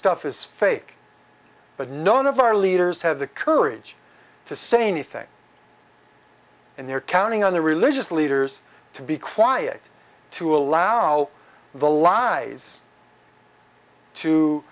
stuff is fake but none of our leaders have the courage to say anything and they're counting on the religious leaders to be quiet to allow the lies to